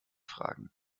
fragen